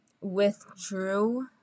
withdrew